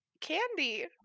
candy